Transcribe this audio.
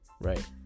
Right